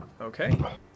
Okay